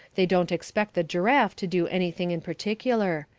they don't expect the giraffe to do anything in particular.